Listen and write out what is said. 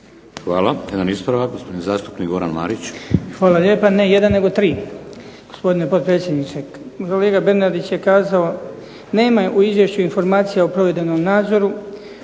Hvala. Jedan ispravak, gospodin zastupnik Goran Marić. Izvolite. **Marić, Goran (HDZ)** Hvala lijepo. Ne jedan nego tri, gospodine potpredsjedniče. Kolega Bernardić je rekao da nema u izvješću informacija o provedenom nadzoru